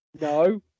No